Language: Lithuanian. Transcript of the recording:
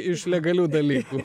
iš legalių dalykų